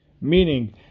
Meaning